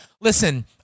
Listen